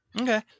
Okay